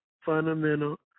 fundamental